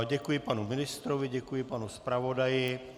Děkuji panu ministrovi, děkuji panu zpravodaji.